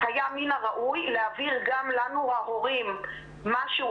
מן הראוי היה להעביר גם לנו ההורים משהו